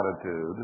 attitude